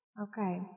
Okay